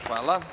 Hvala.